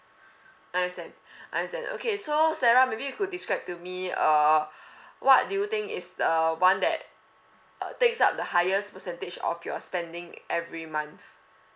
understand understand okay so sarah maybe you could describe to me uh what do you think is the one that uh takes up the highest percentage of your spending every month